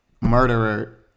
murderer